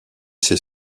ses